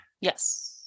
yes